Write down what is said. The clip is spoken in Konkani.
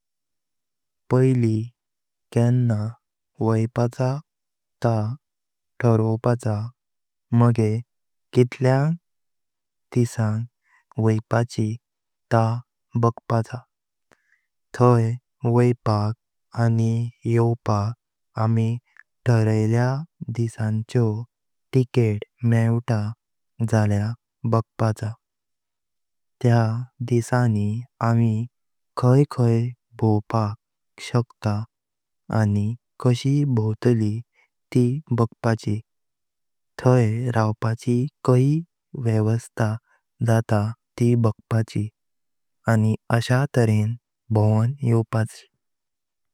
पहिली केंना वायपाचा त तऱवपाचा, मागे कितल्या दिसांग वायपाची त बागपाची। तय वायपाक अनी योवपाक आमी थऱायलया दिसाचो टिकट मेवत जल्या बागपाच्यो। त्या डिसाणी आमी खाई खाई भौवपाक शेकता अनी कशी भौताली ती बागपाची, तैय रावपाची कशी व्यवस्थ जातात ती बागपाची अनी आशा तेरें भौवण योवपाची।